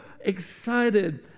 excited